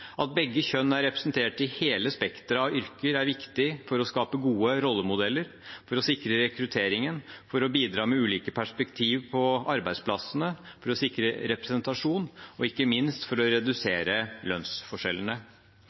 At begge kjønn er representert i hele spekteret av yrker, er viktig for å skape gode rollemodeller, for å sikre rekrutteringen, for å bidra med ulike perspektiv på arbeidsplassene, for å sikre representasjon og ikke minst for å redusere lønnsforskjellene.